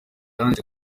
yanditse